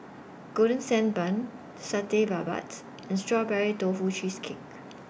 Golden Sand Bun Satay Babat and Strawberry Tofu Cheesecake